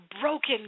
broken